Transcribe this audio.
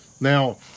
Now